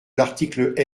l’article